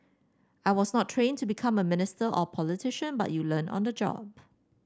I was not trained to become a minister or a politician but you learn on the job